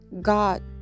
God